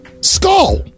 skull